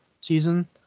season